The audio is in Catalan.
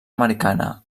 americana